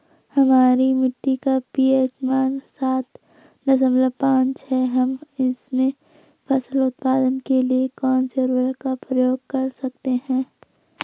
हमारी मिट्टी का पी.एच मान सात दशमलव पांच है हम इसमें फसल उत्पादन के लिए कौन से उर्वरक का प्रयोग कर सकते हैं?